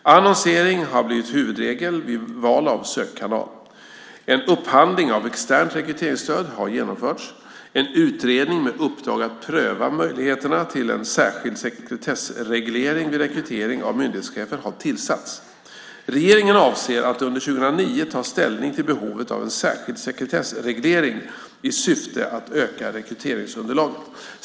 Annonsering har blivit huvudregel vid val av sökkanal. En upphandling av externt rekryteringsstöd har genomförts. En utredning med uppdrag att pröva möjligheterna till en särskild sekretessreglering vid rekrytering av myndighetschefer har tillsatts. Regeringen avser att under 2009 ta ställning till behovet av en särskild sekretessreglering i syfte att öka rekryteringsunderlaget.